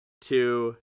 two